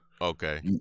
okay